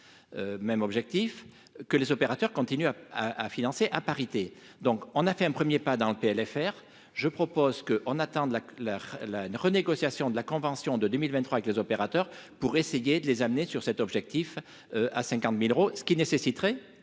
même objectif que les opérateurs continuent à à à financer à parité, donc on a fait un 1er pas dans le PLFR je propose que, on atteint de la la la, une renégociation de la convention de 2023 et que les opérateurs pour essayer de les amener sur cet objectif à 50000 euros, ce qui nécessiterait,